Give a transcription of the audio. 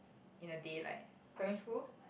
in a day like primary school